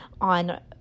on